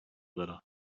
letter